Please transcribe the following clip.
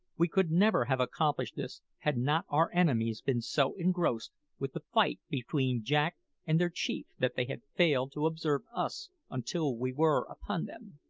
we could never have accomplished this had not our enemies been so engrossed with the fight between jack and their chief that they had failed to observe us until we were upon them.